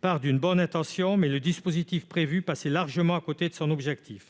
part d'une bonne intention, mais le dispositif prévu passait largement à côté de son objectif.